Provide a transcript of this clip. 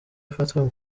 ifatwa